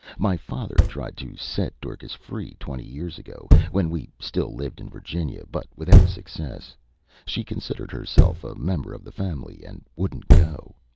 my father tried to set dorcas free twenty years ago, when we still lived in virginia, but without success she considered herself a member of the family, and wouldn't go.